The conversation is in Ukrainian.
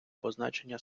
позначення